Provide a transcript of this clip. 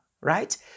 right